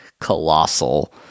colossal